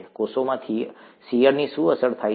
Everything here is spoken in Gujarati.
કોષોમાં શીયરથી શું અસર થાય છે